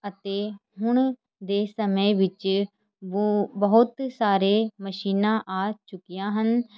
ਅਤੇ ਹੁਣ ਦੇ ਸਮੇਂ ਵਿੱਚ ਬੁ ਬਹੁਤ ਸਾਰੇ ਮਸ਼ੀਨਾਂ ਆ ਚੁੱਕੀਆਂ ਹਨ